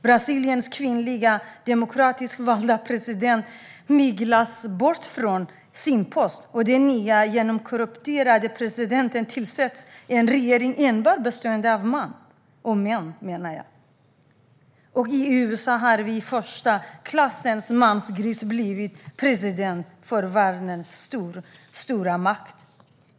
Brasiliens kvinnliga, demokratiskt valda president myglas bort från sin post, och den nye, genomkorrumperade presidenten tillsätter en regering enbart bestående av män. Och i USA har en första klassens mansgris blivit president för världens största stormakt.